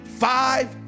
Five